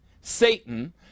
Satan